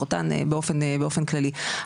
סרטן באופן כללי,